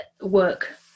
work